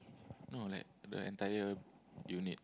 no like the entire unit